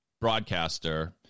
broadcaster-